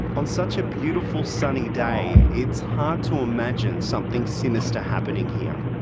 on such a beautiful sunny day, it's hard to imagine something sinister happening here.